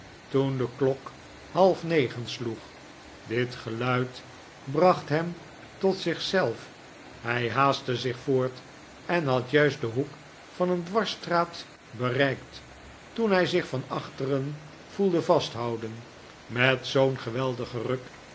toen de klok half negen sloeg dit geluid bracht hem tot zich zelf hij haastte zich voort en had juist den hoek van een dwarsstraat bereikt toen hij zich van achteren voelde vasthouden met zoo'n geweldigen ruk